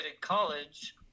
college